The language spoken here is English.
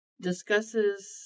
discusses